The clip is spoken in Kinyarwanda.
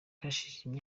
hashize